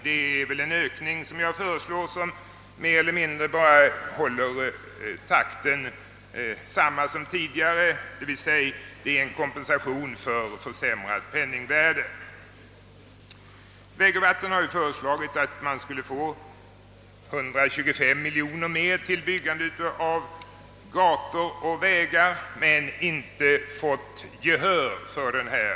Den ökning jag föreslår innebär bara att man ungefär håller samma takt som tidigare, d. v. s. det innebär en kompensation för försämrat penningvärde. Vägoch vattenbyggnadsstyrelsen har föreslagit att man skulle få 125 miljoner kronor mer till byggande av gator och vägar men har inte alls fått gehör för detta.